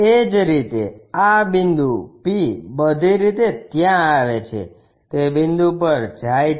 એ જ રીતે આ બિંદુ p બધી રીતે ત્યાં આવે છે તે બિંદુ પર જાય છે